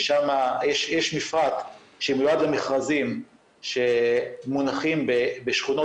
יש מפרט שמיועד למכרזים שמונחים בשכונות